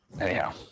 anyhow